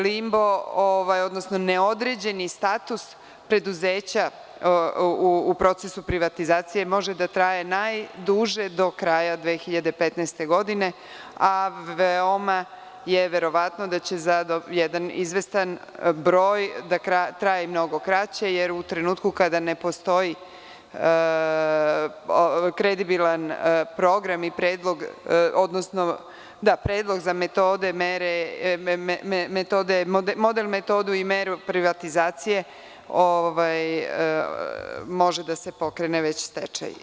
Limbo, odnosno neodređeni status preduzeća u procesu privatizacije, može da traje najduže do kraja 2015. godine, a veoma je verovatno da će za jedan izvestan broj da traje mnogo kraće, jer u trenutku kada ne postoji kredibilan program i predlog za model metodu i meru privatizacije može da se pokrene već stečaj.